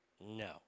No